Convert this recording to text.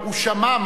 הוא שמע,